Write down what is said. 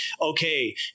okay